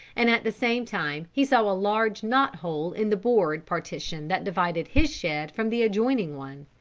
and at the same time he saw a large knot hole in the board partition that divided his shed from the adjoining one,